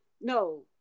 no